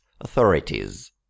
authorities